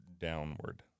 downward